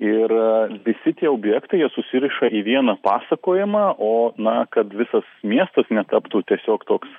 ir visi tie objektai jie susiriša į vieną pasakojimą o na kad visas miestas netaptų tiesiog toks